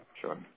sure